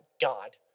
God